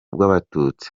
bw’abatutsi